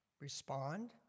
respond